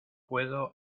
puedo